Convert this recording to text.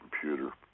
computer